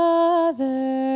Father